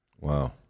Wow